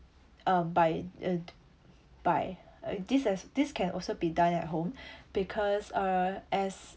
um by at~ by this as this can also be done at home because uh as